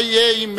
מה יהיה אם,